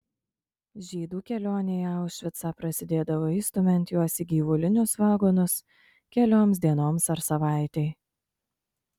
žydų kelionė į aušvicą prasidėdavo įstumiant juos į gyvulinius vagonus kelioms dienoms ar savaitei